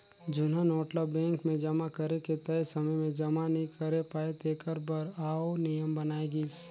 जुनहा नोट ल बेंक मे जमा करे के तय समे में जमा नी करे पाए तेकर बर आउ नियम बनाय गिस